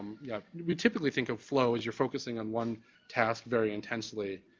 yeah we typically think of flow as you're focusing on one task very intensely.